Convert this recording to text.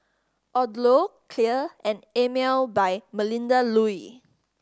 Odlo Clear and Emel by Melinda Looi